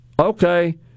okay